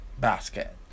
basket